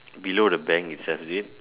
below the bank itself is it